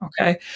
Okay